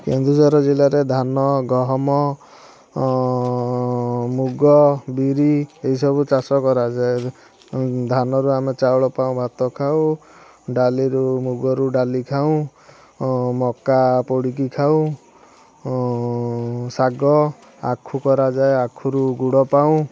କେନ୍ଦୁଝର ଜିଲ୍ଲାରେ ଧାନ ଗହମ ମୁଗ ବିରି ଏଇସବୁ ଚାଷ କରାଯାଏ ଧାନରୁ ଆମେ ଚାଉଳ ପାଉ ଭାତ ଖାଉ ଡାଲିରୁ ମୁଗରୁ ଡାଲି ଖାଉ ମକା ପୋଡ଼ିକି ଖାଉ ଶାଗ ଆଖୁ କରାଯାଏ ଆଖୁରୁ ଗୁଡ଼ ପାଉ